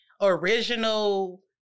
original